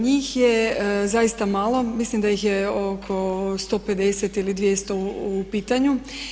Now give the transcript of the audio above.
Njih je zaista malo, mislim da ih je oko 150 ili 200 u pitanju.